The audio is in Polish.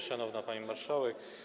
Szanowna Pani Marszałek!